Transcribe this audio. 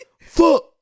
Fuck